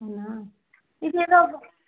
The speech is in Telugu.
అవునా